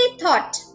thought